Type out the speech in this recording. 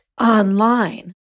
online